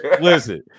listen